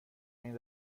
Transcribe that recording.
این